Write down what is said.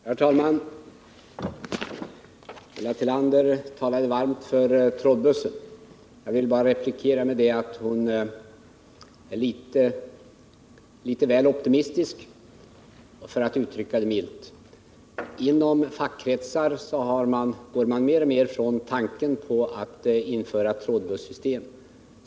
Herr talman! Ulla Tillander talade varmt för trådbussen. Jag vill replikera med att säga att hon är litet väl optimistisk, för att uttrycka det milt. Inom fackkretsar går man mer och mer från tanken att införa trådbussystem.